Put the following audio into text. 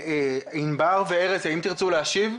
ענבר וארז האם תרצו להשיב?